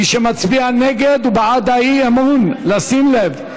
מי שמצביע נגד הוא בעד האי-אמון, לשים לב.